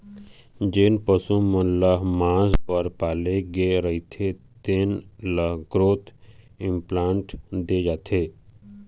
जेन पशु मन ल मांस बर पाले गे रहिथे तेन ल ग्रोथ इंप्लांट दे जाथे